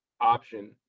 option